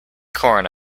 corn